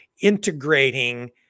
integrating